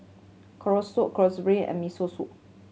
Kalguksu Chorizo and Miso Soup